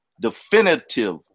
definitive